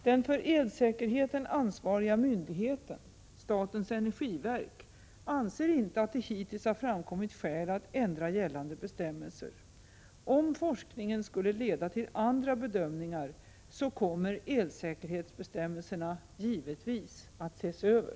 Den för elsäkerheten ansvariga myndigheten, statens energiverk, anser inte att det hittills har framkommit skäl att ändra gällande bestämmelser. Om forskningen skulle leda till andra bedömningar så kommer elsäkerhetsbestämmelserna givetvis att ses över.